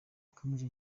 yakomeje